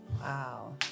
Wow